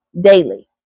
daily